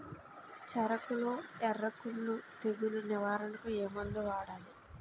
చెఱకులో ఎర్రకుళ్ళు తెగులు నివారణకు ఏ మందు వాడాలి?